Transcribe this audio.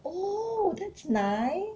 oh that's nice